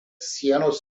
sienos